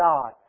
God